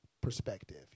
perspective